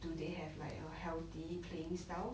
do they have like a healthy playing style